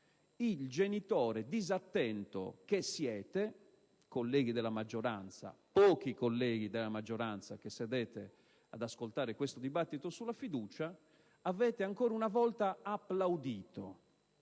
il genitore disattento, che siete voi, colleghi della maggioranza - devo dire pochi colleghi della maggioranza che state ascoltando questo dibattito sulla fiducia - ha ancora una volta applaudito